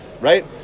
right